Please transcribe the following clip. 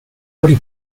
body